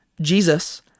Jesus